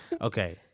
Okay